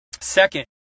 Second